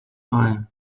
eye